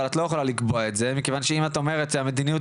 אבל את לא יכולה לקבוע את זה מכיוון שאם את אומרת שהמדיניות